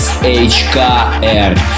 SHKR